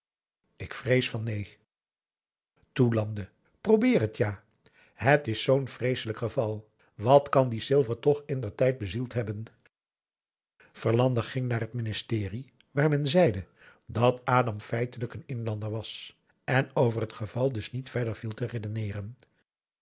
ik vrees van neen toe lande probeer het ja het is zoo'n vreeselijk geval wat kan dien silver toch indertijd bezield hebben verlande ging naar het ministerie waar men zeide dat adam feitelijk een inlander was en over het geval dus niet verder viel te redeneeren